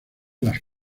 las